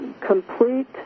complete